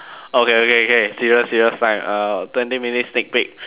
okay okay okay serious serious time uh twenty minute sneak peek